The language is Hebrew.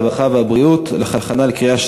הרווחה והבריאות נתקבלה.